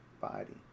body